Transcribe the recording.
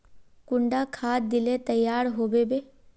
कुंडा खाद दिले तैयार होबे बे?